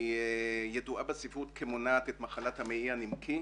שידועה בספרות כמונעת את מחלת המעי הנמקי.